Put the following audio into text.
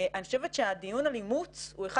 אני חושבת שהדיון על אימוץ הוא אחד